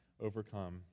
overcome